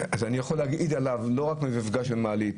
אז אני יכול להעיד עליו לא רק מהמפגש במעלית.